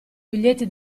biglietti